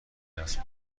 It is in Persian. نصب